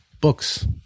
books